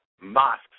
mosques